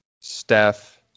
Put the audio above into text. Steph